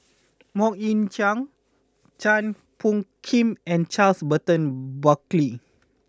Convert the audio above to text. Mok Ying Jang Chua Phung Kim and Charles Burton Buckley